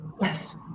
Yes